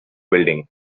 building